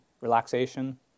relaxation